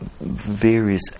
various